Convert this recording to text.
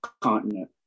continent